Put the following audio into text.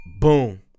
boom